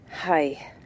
hi